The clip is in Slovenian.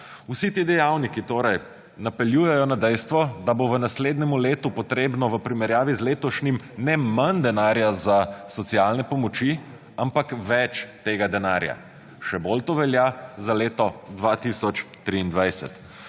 Vsi ti dejavniki torej napeljujejo na dejstvo, da bo v naslednjemu letu potrebno v primerjavi z letošnjem ne manj denarja za socialne pomoči, ampak več tega denarja. Še bolj to velja za leto 2023.